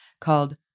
called